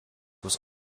was